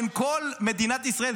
בין כל מדינת ישראל,